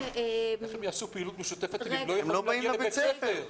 איך הם יעשו פעילות משותפת אם הם לא באים לבית הספר?